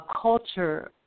culture